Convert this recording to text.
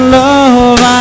love